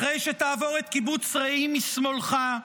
אחרי שתעבור את קיבוץ רעים משמאלך,